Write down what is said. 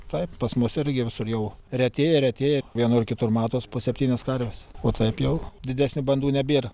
taip pas mus irgi visur jau retėja retėja vienur kitur matos po septynias karves o taip jau didesnių bandų nebėra